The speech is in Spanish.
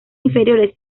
inferiores